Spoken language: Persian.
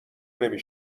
نمی